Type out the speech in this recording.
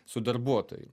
su darbuotoju